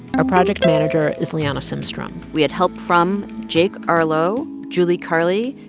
our project manager is liana simstrom we had help from jake arlow, julie carli,